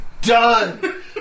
done